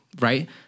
right